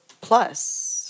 plus